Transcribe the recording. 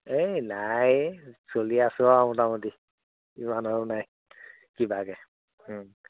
এই নাই চলি আছোঁ আও মোটামোটি ইমান আও নাই কিবাকৈ